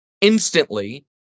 instantly